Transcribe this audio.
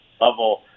level